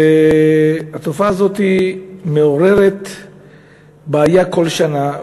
והתופעה הזאת מעוררת בעיה כל שנה.